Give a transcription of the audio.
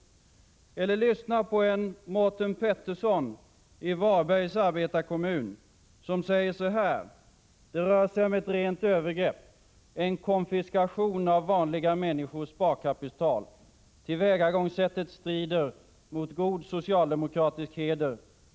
Eller lyssna på Mårten Pettersson i Varbergs arbetarekommun, som säger så här: ”Det rör sig om ett rent övergrepp, en konfiskation av vanliga människors sparkapital. Tillvägagångssättet strider mot god socialdemokratisk heder.